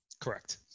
Correct